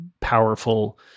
powerful